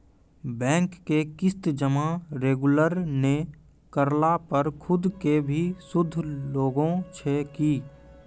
Bank के किस्त जमा रेगुलर नै करला पर सुद के भी सुद लागै छै कि?